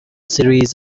series